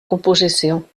composició